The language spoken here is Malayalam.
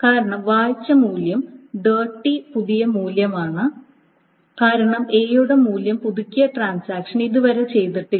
കാരണം വായിച്ച മൂല്യം ഡേർട്ടി പുതിയ മൂല്യമാണ് കാരണം എയുടെ മൂല്യം പുതുക്കിയ ട്രാൻസാക്ഷൻ ഇതുവരെ ചെയ്തിട്ടില്ല